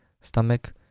stomach